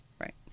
Right